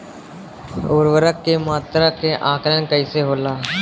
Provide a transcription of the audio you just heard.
उर्वरक के मात्रा के आंकलन कईसे होला?